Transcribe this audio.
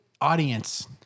audience